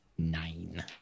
Nine